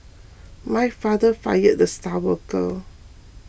my father fired the star water